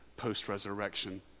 post-resurrection